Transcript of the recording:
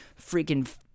freaking